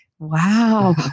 Wow